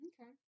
okay